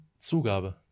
Zugabe